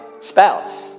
spouse